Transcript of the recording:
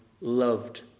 loved